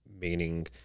meaning